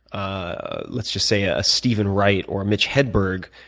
ah let's just say a steven wright, or a mitch hedberg,